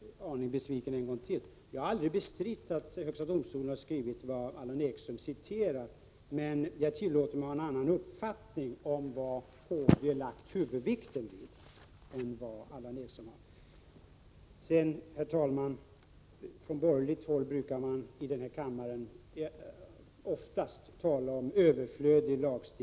Herr talman! Jag är ledsen om jag är tvungen att än en gång göra Allan Ekström en aning besviken: Jag har aldrig bestridit att högsta domstolen har skrivit det som Allan Ekström läste upp, men jag tillåter mig att ha en annan uppfattning än Allan Ekström om vad HD lagt huvudvikten vid. Herr talman! Från borgerligt håll brukar man här i kammaren oftast tala om överflödig lagstiftning.